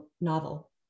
novel